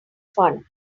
fun